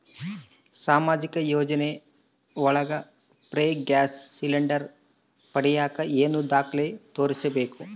ಸಾಮಾಜಿಕ ಯೋಜನೆ ಒಳಗ ಫ್ರೇ ಗ್ಯಾಸ್ ಸಿಲಿಂಡರ್ ಪಡಿಯಾಕ ಏನು ದಾಖಲೆ ತೋರಿಸ್ಬೇಕು?